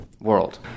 world